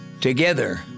Together